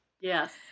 Yes